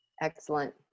Excellent